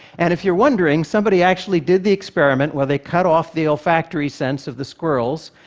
and if you're wondering, somebody actually did the experiment where they cut off the olfactory sense of the squirrels,